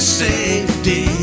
safety